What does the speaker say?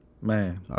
man